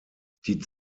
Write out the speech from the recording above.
die